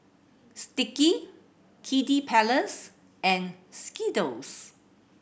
Sticky Kiddy Palace and Skittles